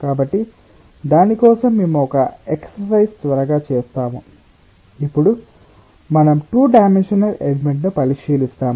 కాబట్టి దాని కోసం మేము ఒక ఎక్సర్సైజ్ త్వరగా చేస్తాము ఇప్పుడు మనం 2 డైమెన్షనల్ ఎలిమెంట్ను పరిశీలిస్తాము